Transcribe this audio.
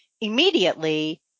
immediately